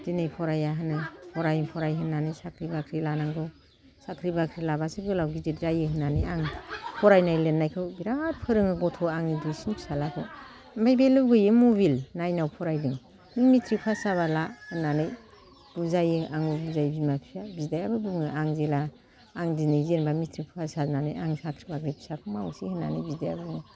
दिनै फराया होनो फराय फराय होननानै साख्रि बाख्रि लानांगौ साख्रि बाख्रि लाबासो गोलाव गिदिर जायो होननानै आं फरायनाय लिरनायखौ बिराद फोरोङो गथ'आ आंनि दुइसिन फिसालाखौ ओमफाय बे लुबैयो मबाइल नाइनआव फरायदों नों मेट्रिक ला होननानै बुजायो आङो बुजायो बिमा बिफाया बिदायाबो बुङो आं जेला आं दिनै जेनबा मेट्रिक फास जानानै आं साख्रि बाख्रि फिसाखौ मावसै होननानै बिदाया बुङो